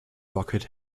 rocket